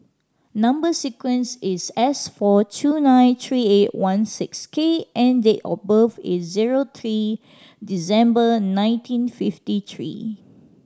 number sequence is S four two nine three eight one six K and date of birth is zero three December nineteen fifty three